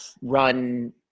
run